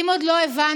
אם עוד לא הבנתם,